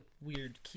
weird